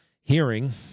hearing